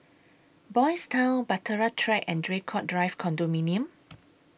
Boys' Town Bahtera Track and Draycott Drive Condominium